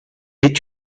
est